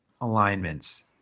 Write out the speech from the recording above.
alignments